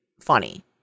funny